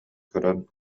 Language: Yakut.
көрөн